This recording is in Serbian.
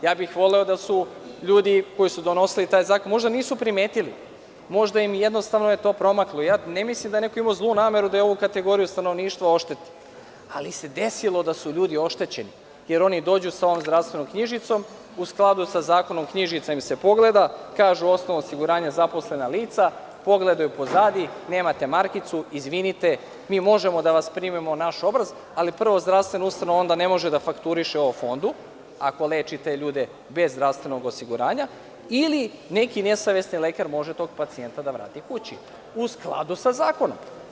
Voleo bih da su ljudi koji su donosili taj zakon, možda nisu primetili, možda im je jednostavno to promaklo, ja ne mislim da je neko imao zlu nameru da je ovu kategoriju stanovništva oštetio, ali se desilo da su ljudi oštećeni, jer oni dođu sa ovom zdravstvenom knjižicom u skladu sa zakonom knjižica im se pogleda, kažu osnova osiguranja – zaposlena lica, pogledaju pozadi nemate markicu, izvinite mi možemo da vas primimo na naš obraz, ali prva zdravstvena ustanova onda ne može da fakturiše ovo Fondu ako leči te ljude bez zdravstvenog osiguranja ili neki nesavesni lekar može tog pacijenta da vrati kući, u skladu sa zakonom.